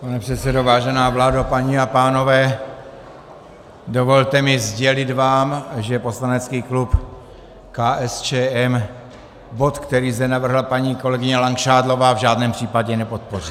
Pane předsedo, vážená vládo, paní a pánové, dovolte mi sdělit vám, že poslanecký klub KSČM bod, který zde navrhla paní kolegyně Langšádlová, v žádném případě nepodpoří.